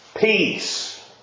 Peace